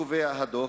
קובע הדוח,